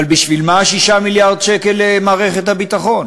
אבל בשביל מה 6 מיליארד שקל למערכת הביטחון?